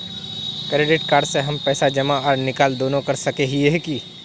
Credit card से हम पैसा जमा आर निकाल दोनों कर सके हिये की?